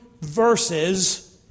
verses